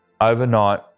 overnight